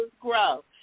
grow